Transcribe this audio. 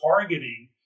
targeting